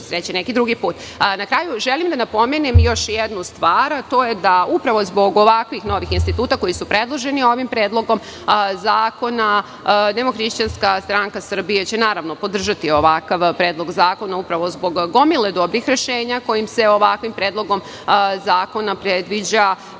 kraju, želim da napomenem još jednu stvar, a to je da zbog ovakvih novih instituta koji su predloženi ovim predlogom zakona DHSS će naravno podržati ovakav predlog zakona zbog gomile ovakvih rešenja kojim se ovakvim predlogom zakona predviđa.